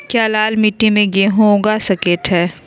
क्या लाल मिट्टी में गेंहु उगा स्केट है?